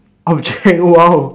object !wow!